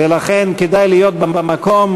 ולכן כדאי להיות במקום,